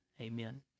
Amen